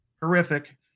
horrific